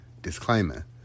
Disclaimer